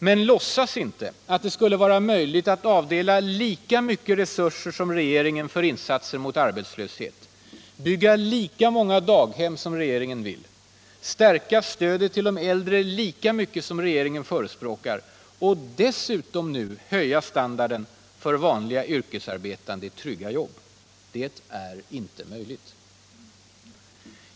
Men låtsas inte att det skulle vara möjligt att avdela lika mycket resurser som regeringen för insatser mot arbetslöshet, bygga lika många daghem som regeringen vill, stärka stödet till äldre lika mycket som regeringen förespråkar — och dessutom nu höja standarden för vanliga yrkesarbetande i trygga jobb. Det är inte möjligt.